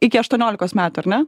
iki aštuoniolikos metų ar ne